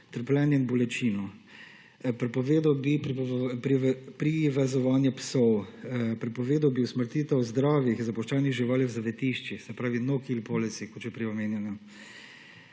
trpljenje in bolečino, prepovedal bi privezovanje psov, prepovedal bi usmrtite zdravih zapuščenih živali v zavetiščih, se pravi /nerazumljivo/ kot že prej omenjeno